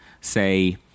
say